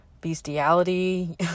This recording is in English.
bestiality